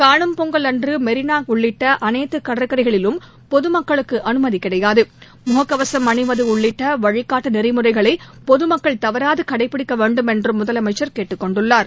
கானும் பொங்கல் அன்றுமெரினாஉள்ளிட்டஅனைத்துகடற்கரைகளிலும் பொதுமக்களுக்குஅனுமதிகிடையாது முகக்கவசம் அணிவதுஉள்ளிட்டவழிகாட்டுநெறிமுறைகளைபொதுமக்கள் தவறாதுகளடபிடிக்கவேண்டும் என்றும் முதலமைச்சர் கேட்டுக்கொண்டுள்ளார்